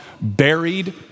buried